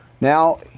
Now